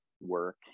work